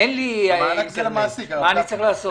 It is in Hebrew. אין לי אינטרנט, מה אני צריך לעשות?